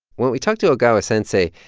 when we talked to ogawa sensei,